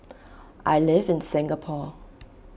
I live in Singapore